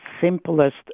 simplest